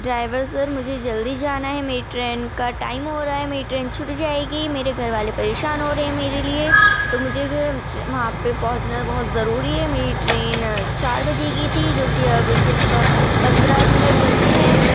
driver sir مجھے جلدی جانا ہے میری ٹرین کا ٹائم ہو رہا ہے میری ٹرین چھوٹ جائے گی میرے گھر والے پریشان ہو رہے ہیں میرے لیے تو مجھے وہاں پہ پہنچنا بھی بہت ضروری ہے میری ٹرین چار بجے کی تھی جو کہ اب صرف پندرہ منٹ بچے ہیں